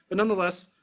but nonetheless,